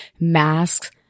masks